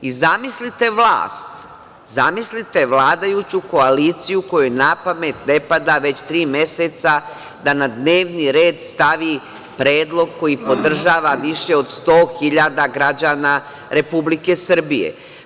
I zamislite vlast, zamislite vladajuću koaliciju kojoj napamet ne pada već tri meseca da na dnevni red stavi predlog koji podržava više od 100.000 građana Republike Srbije.